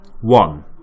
One